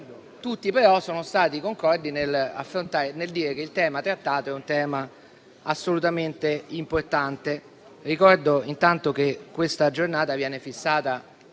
Tutti però sono stati concordi nel dire che il tema trattato è assolutamente importante. Ricordo che questa Giornata viene fissata